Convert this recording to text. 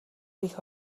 хийх